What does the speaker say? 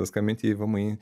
skambinti į vmi